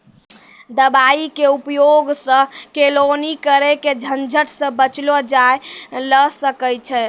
दवाई के उपयोग सॅ केलौनी करे के झंझट सॅ बचलो जाय ल सकै छै